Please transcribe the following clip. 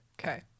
Okay